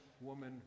woman